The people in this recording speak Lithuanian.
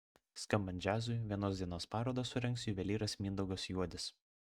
skambant džiazui vienos dienos parodą surengs juvelyras mindaugas juodis